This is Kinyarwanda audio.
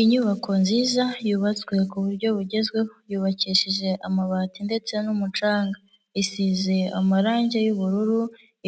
Inyubako nziza yubatswe ku buryo bugezweho, yubakishije amabati ndetse n'umucanga, isize amarangi y'ubururu,